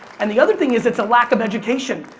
and the other thing is it's a lack of education.